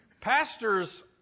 Pastors